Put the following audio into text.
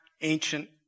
ancient